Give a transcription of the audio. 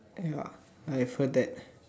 ya I have heard that